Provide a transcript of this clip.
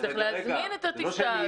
זה לא כשאני אהיה באוויר,